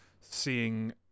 Seeing